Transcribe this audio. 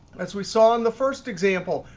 as we saw in the first example,